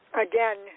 again